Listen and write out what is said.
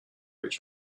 each